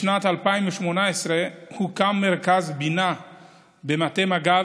בשנת 2018 הוקם מרכז בינה במטה מג"ב,